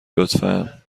لطفا